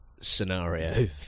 scenario